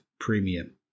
premium